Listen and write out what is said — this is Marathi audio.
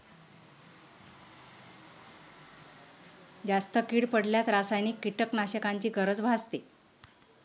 जास्त कीड पडल्यास रासायनिक कीटकनाशकांची गरज भासते